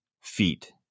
feet